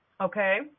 Okay